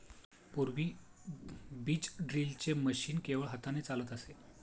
पूर्वी बीज ड्रिलचे मशीन केवळ हाताने चालत असे